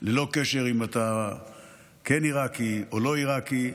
ללא קשר אם אתה כן עיראקי או לא עיראקי.